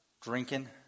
drinking